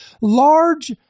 large